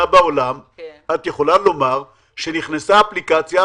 בעולם את יכולה לומר שנכנסה אפליקציה,